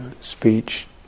speech